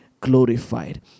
glorified